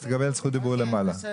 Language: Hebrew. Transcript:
אז תקבל זכות דיבור למעלה.